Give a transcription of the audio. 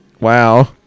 Wow